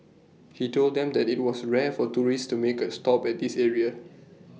he told them that IT was rare for tourists to make A stop at this area